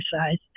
exercise